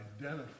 identify